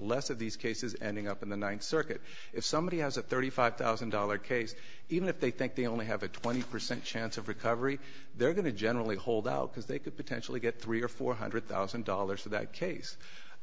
less of these cases ending up in the ninth circuit if somebody has a thirty five thousand dollar case even if they think they only have a twenty percent chance of recovery they're going to generally hold out because they could potentially get three or four hundred thousand dollars for that case